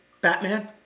Batman